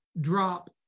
drop